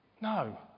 No